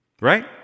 Right